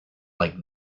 like